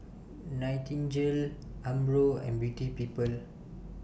Nightingale Umbro and Beauty People